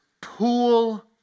pool